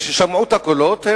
וכששמעו את הקולות,